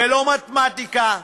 ולא מתמטיקה,